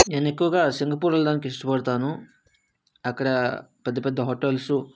నేను ఎక్కువగా సింగపూర్ వెళ్ళడానికి ఇష్టపడతాను అక్కడ పెద్ద పెద్ద హోటల్స్